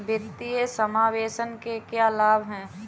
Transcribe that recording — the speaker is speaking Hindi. वित्तीय समावेशन के क्या लाभ हैं?